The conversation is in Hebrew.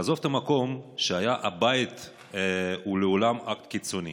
לעזוב את המקום שהיה הבית הוא לעולם אקט קיצוני.